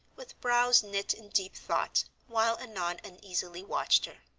with brows knit in deep thought, while annon uneasily watched her.